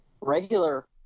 regular